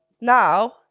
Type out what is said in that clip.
now